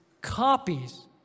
copies